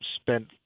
spent